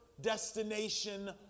destination